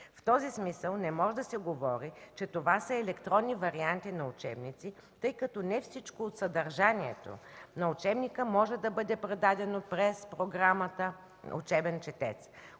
В този смисъл не може да се говори, че това са електронни варианти на учебници, тъй като не всичко от съдържанието на учебника може да бъде предадено през Програмата „Учебен четец”.